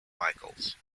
michaels